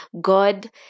god